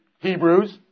Hebrews